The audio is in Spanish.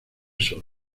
solo